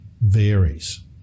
varies